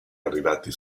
arrivati